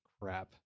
crap